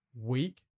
week